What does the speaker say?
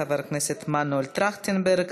חברי הכנסת מנואל טרכטנברג,